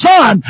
Son